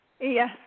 Yes